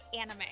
anime